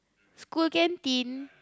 school canteen